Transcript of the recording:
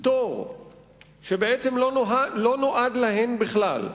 פטור שלא נועד להן בכלל,